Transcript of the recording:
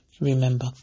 Remember